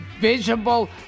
visible